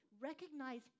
recognize